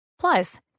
Plus